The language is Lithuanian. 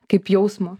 kaip jausmo